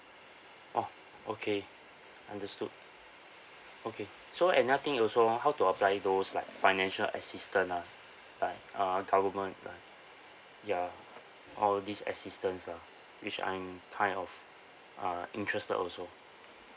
oh okay understood okay so another thing also how to apply those like financial assistance ah like uh government ya all these assistance [lah[ which I'm kind of uh interested also